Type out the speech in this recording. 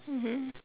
mmhmm